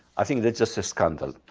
i think it's just a scandal.